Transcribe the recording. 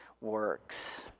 works